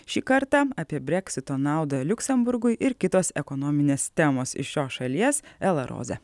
šį kartą apie breksito naudą liuksemburgui ir kitos ekonominės temos iš šios šalies ela roze